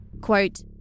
Quote